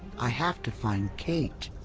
i have to find kate.